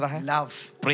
love